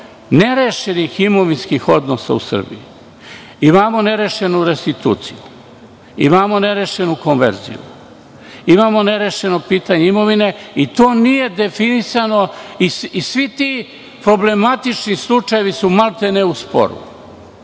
nerešenih imovinskih odnosa u Srbiji. Imamo nerešenu restituciju, imamo nerešenu konverziju, imamo nerešeno pitanje imovine i to nije definisano i svi ti problematični slučajevi su, maltene, u sporu.